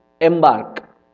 embark